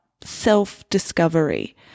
self-discovery